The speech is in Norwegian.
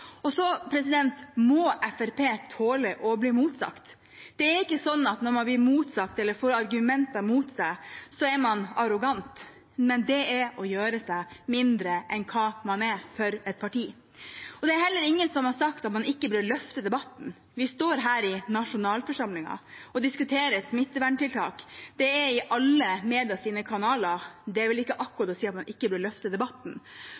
Så må Fremskrittspartiet tåle å bli motsagt. Det er ikke slik at når man blir motsagt eller får argumenter mot seg, er de som gjør det, arrogante, men det er å gjøre seg mindre enn man er, for et parti. Det er heller ingen som har sagt at man ikke bør løfte debatten. Vi står her i nasjonalforsamlingen og diskuterer smitteverntiltak. Det er i alle mediekanaler. Det er vel ikke akkurat å si at man ikke bør løfte debatten.